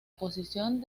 posición